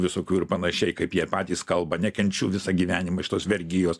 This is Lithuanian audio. visokių ir panašiai kaip jie patys kalba nekenčiu visą gyvenimą šitos vergijos